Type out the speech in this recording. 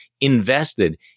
invested